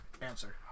answer